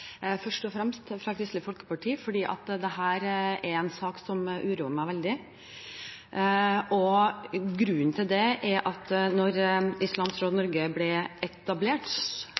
er en sak som uroer meg veldig. Grunnen til det er at etter at Islamsk Råd Norge ble etablert